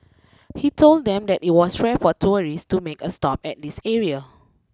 he told them that it was rare for tourists to make a stop at this area